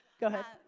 go ahead.